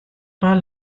part